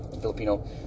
filipino